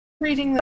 reading